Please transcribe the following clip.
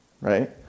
right